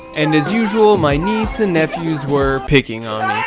and as usual, my niece and nephews were picking